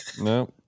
no